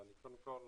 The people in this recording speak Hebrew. אני קודם כל